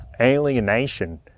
alienation